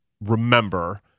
remember